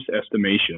estimation